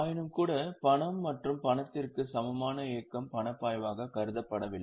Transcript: ஆயினும்கூட பணம் மற்றும் பணத்திற்கு சமமான இயக்கம் பணப்பாய்வாக கருதப்படவில்லை